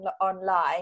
online